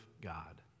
God